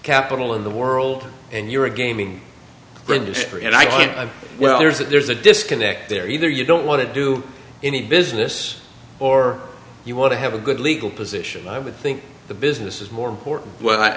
capital in the world and you're a gaming industry and i think well there's that there's a disconnect there either you don't want to do any business or you want to have a good legal position i would think the business is more important w